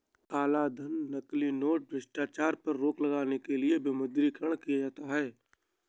कालाधन, नकली नोट, भ्रष्टाचार पर रोक लगाने के लिए विमुद्रीकरण किया जाता है